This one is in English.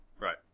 Right